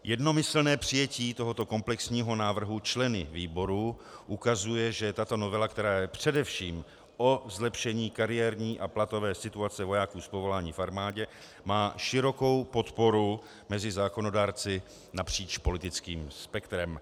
Jednomyslné přijetí tohoto komplexního návrhu členy výboru ukazuje, že tato novela, která je především o zlepšení kariérní a platové situace vojáků z povolání v armádě, má širokou podporu mezi zákonodárci napříč politickým spektrem.